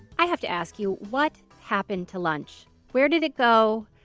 i have to ask you, what happened to lunch? where did it go?